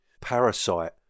Parasite